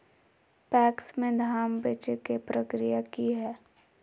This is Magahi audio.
पैक्स में धाम बेचे के प्रक्रिया की हय?